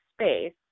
space